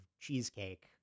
cheesecake